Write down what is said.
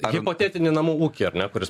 hipotetinį namų ūkį ar ne kuris